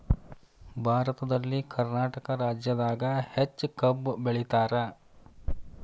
ಭಾರತದಲ್ಲಿ ಕರ್ನಾಟಕ ರಾಜ್ಯದಾಗ ಹೆಚ್ಚ ಕಬ್ಬ್ ಬೆಳಿತಾರ